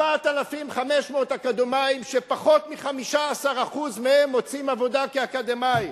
4,500 אקדמאים שפחות מ-15% מהם מוצאים עבודה כאקדמאים,